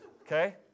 okay